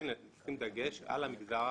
כן לשים דגש על המגזר הערבי.